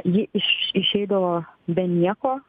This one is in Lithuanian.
ji iš išeidavo be nieko